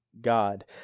God